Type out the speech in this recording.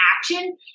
action